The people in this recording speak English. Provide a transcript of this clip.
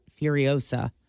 Furiosa